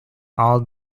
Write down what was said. all